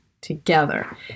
together